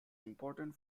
important